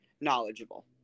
knowledgeable